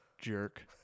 jerk